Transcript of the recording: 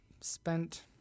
spent